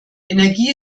energie